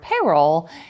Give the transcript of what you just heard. payroll